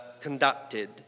conducted